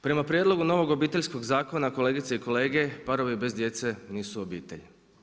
Prema prijedlogu novog Obiteljskog zakona, kolegice i kolege, parovi bez djece nisu obitelj.